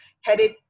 headed